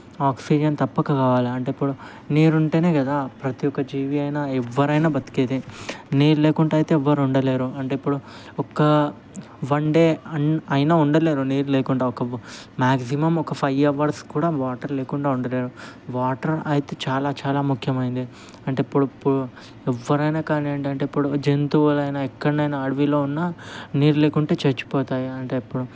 oxygen తప్పక కావాలి అంటే ఇప్పుడు నీరు ఉంటేనే కదా ప్రతి ఒక్క జీవి అయినా ఎవరైనా బ్రతికేది నీళ్ళు లేకుండా అయితే ఎవ్వరూ ఉండలేరు అంటే ఇప్పుడు ఒక వన్ అయినా ఉండలేరు నీరు లేకుండా మ్యాగ్జిమం ఒక ఫైవ్ అవర్స్ కూడా వాటర్ లేకుండా ఉండలేరు వాటర్ అయితే చాలా చాలా ముఖ్యమైంది అంటే ఇప్పుడు ఇప్పుడు ఎవరైనా కానివ్వండి అంటే ఇప్పుడు జంతువులైనా ఎక్కడైనా అడవిలో ఉన్న నీళ్ళు లేకుంటే చచ్చిపోతాయి అంటే ఇప్పుడు